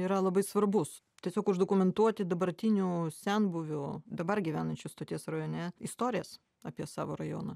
yra labai svarbus tiesiog uždokumentuoti dabartinių senbuvių dabar gyvenančių stoties rajone istorijas apie savo rajoną